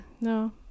No